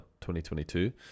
2022